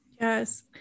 Yes